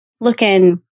looking